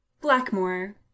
Blackmore